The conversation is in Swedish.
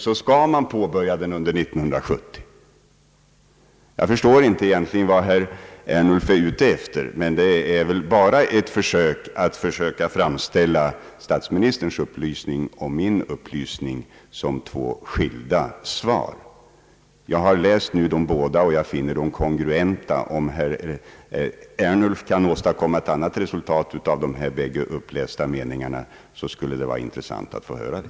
Jag förstår inte vad herr Ernulf egentligen är ute efter. Men det är väl bara ett försök att framställa statsministerns och min upplysning som två skilda svar. Jag har läst båda och finner dem kongruenta. Om herr Ernulf kan åstadkomma ett annat resultat av de båda upplästa meningarna skulle det vara intressant att få höra det.